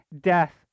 death